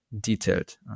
detailed